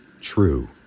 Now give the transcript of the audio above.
True